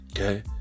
Okay